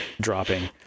dropping